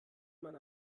man